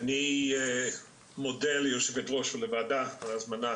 אני מודה ליושבת ראש הוועדה על ההזמנה